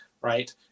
right